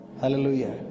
Hallelujah